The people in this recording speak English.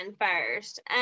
first